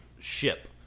ship